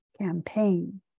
campaign